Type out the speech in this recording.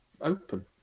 open